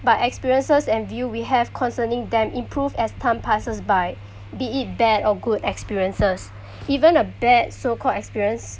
but experiences and view we have concerning them improve as time passes by be it bad or good experiences even a bad so called experience